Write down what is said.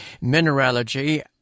mineralogy